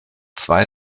zwei